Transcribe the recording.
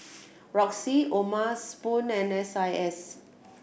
Roxy O'ma Spoon and S I S